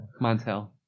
Montel